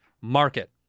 market